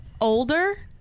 older